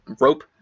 rope